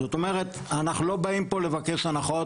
זאת אומרת, אנחנו לא באים פה לבקש הנחות.